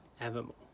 evermore